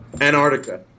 Antarctica